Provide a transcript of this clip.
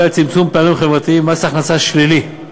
ולצמצום פערים חברתיים (מס הכנסה שלילי)